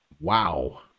Wow